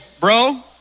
bro